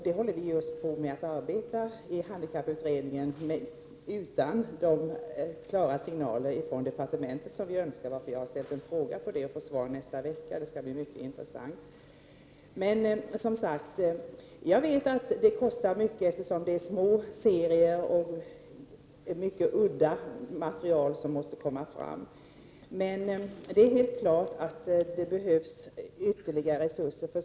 Det håller vi just på att arbeta med i handikapputredningen, utan de klara signaler från departementet som vi önskade. Vi har ställt en fråga angående detta, som vi får svar på nästa vecka. Och det skall bli mycket intressant. Jag vet att det kostar mycket, eftersom det är små serier och mycket udda material som måste tas fram. Men det är helt klart att det behövs ytterligare resurser.